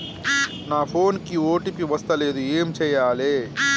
నా ఫోన్ కి ఓ.టీ.పి వస్తలేదు ఏం చేయాలే?